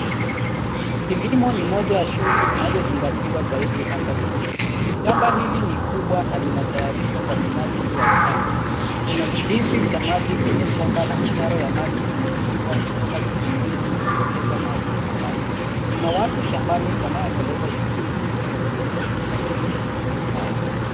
Kilimo ni moja ya shughuli zinazozingatia zaidi hapa jijini. Shamba hili ni kubwa na linatayarishwa kwa minajili ya upanzi. Kuna kidimbwi cha maji kwenye shamba na mitaro ya maji imechimbwa kutoka kidimbwini kuelekea maji shambani. Kuna watu shambani wanaoendeleza shughuli ili kuhakikisha kila kitu kiko sawa.